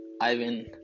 Ivan